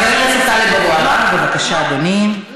תודה רבה לחברת הכנסת נורית קורן.